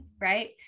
right